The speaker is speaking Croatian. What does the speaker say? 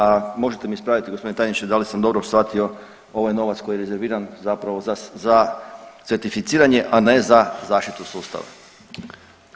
A možete me ispraviti gospodine tajniče da li sam dobro shvatio ovaj novac koji je rezerviran zapravo za certificiranje, a ne za zaštitu sustava.